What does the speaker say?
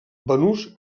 banús